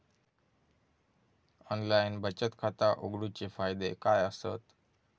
Online बचत खाता उघडूचे फायदे काय आसत?